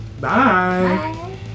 Bye